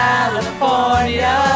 California